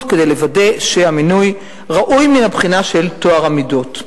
כדי לוודא שהמינוי ראוי מן הבחינה של טוהר המידות.